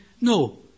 no